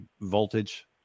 voltage